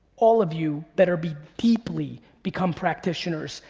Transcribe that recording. all of you that are be deeply become practitioners,